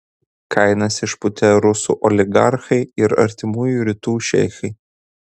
kainas išpūtė rusų oligarchai ir artimųjų rytų šeichai